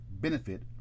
benefit